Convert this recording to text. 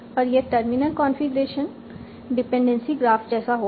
और यह terminal configuration dependency graph जैसा होगा